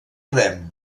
rem